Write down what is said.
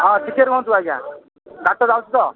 ହଁ ଟିକେ ରୁହନ୍ତୁ ଆଜ୍ଞା ଗାଡ଼ିଟା ଯାଉଛି ତ